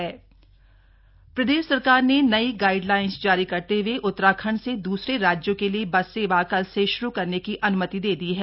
Uttarakhand unlock प्रदेश सरकार ने नई गाइडलाइंस जारी करते हुए उत्तराखंड से दूसरे राज्यों के लिए बस सेवा कल से शुरू करने की अनुमति दे दी है